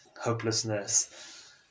hopelessness